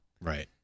Right